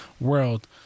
world